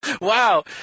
wow